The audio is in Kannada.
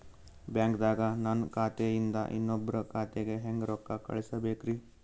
ಬ್ಯಾಂಕ್ದಾಗ ನನ್ ಖಾತೆ ಇಂದ ಇನ್ನೊಬ್ರ ಖಾತೆಗೆ ಹೆಂಗ್ ರೊಕ್ಕ ಕಳಸಬೇಕ್ರಿ?